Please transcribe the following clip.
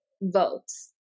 votes